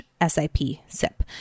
S-I-P-SIP